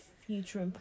Future